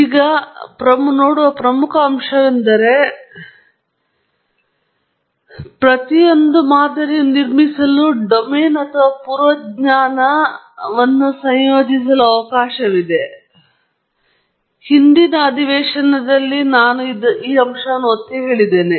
ಈಗ ನೀವು ನೋಡಬಹುದಾದ ಒಂದು ಪ್ರಮುಖ ವಿಷಯವೆಂದರೆ ನಾವು ಮೊದಲಿನ ಜ್ಞಾನವನ್ನು ಅಳವಡಿಸಿಕೊಳ್ಳಲು ಸಾಧ್ಯವಿದೆ ಅಂದರೆ ಈ ಹಂತದಲ್ಲಿ ಪ್ರತಿಯೊಂದಕ್ಕೂ ಡೊಮೇನ್ ಅಥವಾ ಪೂರ್ವ ಜ್ಞಾನವನ್ನು ಸಂಯೋಜಿಸಲು ಅವಕಾಶವಿದೆ ಮತ್ತು ಹಿಂದಿನ ಅಂಶದಲ್ಲಿ ಈ ಅಂಶವನ್ನು ನಾನು ಒತ್ತಿ ಹೇಳಿದ್ದೇನೆ